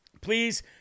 please